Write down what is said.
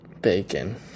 Bacon